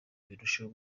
birusheho